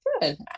Good